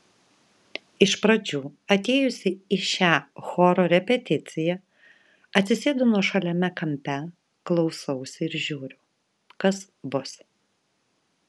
iš pradžių atėjusi į šią choro repeticiją atsisėdu nuošaliame kampe klausausi ir žiūriu kas bus